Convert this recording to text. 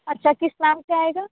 اچھا کس نام سے آئے گا